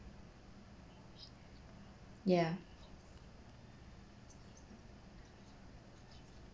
yeah